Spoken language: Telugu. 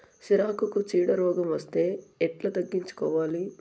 సిరాకుకు చీడ రోగం వస్తే ఎట్లా తగ్గించుకోవాలి?